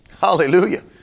Hallelujah